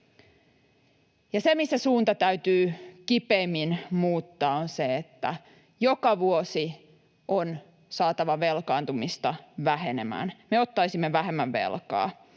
Missä suunta täytyy kipeimmin muuttaa, on se, että joka vuosi on saatava velkaantumista vähenemään. Me ottaisimme vähemmän velkaa.